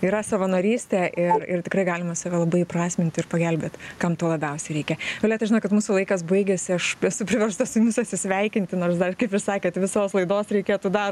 yra savanorystė ir ir tikrai galima save labai įprasmint ir pagelbėt kam to labiausiai reikia violeta žinokit mūsų laikas baigėsi aš esu priversta su jumis atsisveikinti nors dar kaip ir sakėt visos laidos reikėtų dar